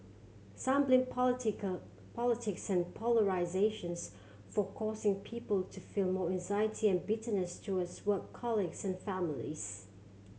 some blame political politics and polarisations for causing people to feel more anxiety and bitterness towards work colleagues and families